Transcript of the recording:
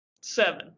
Seven